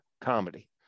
comedy